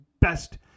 best